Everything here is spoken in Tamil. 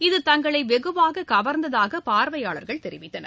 இது தங்களை வெகுவாக கவர்ந்ததாக பார்வையாளர்கள் தெரிவித்தனர்